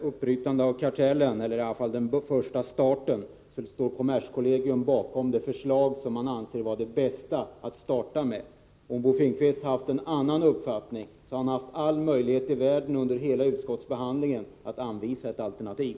Herr talman! När det gäller konstruktionen av den första ansatsen till ett uppbrytande av kartellen står kommerskollegium bakom det förslag som man anser vara det bästa att starta med. Om Bo Finnkvist har en annan uppfattning, har han haft all möjlighet i världen under hela utskottsbehandlingen att anvisa ett alternativ.